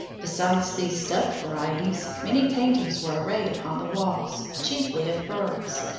besides these stuffed varieties, many paintings were arrayed upon the walls, chiefly of birds.